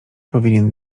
powinien